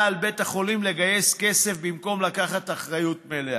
על בית החולים לגייס כסף במקום לקחת אחריות מלאה,